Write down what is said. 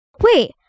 Wait